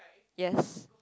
yes